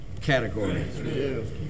category